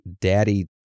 Daddy